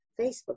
Facebook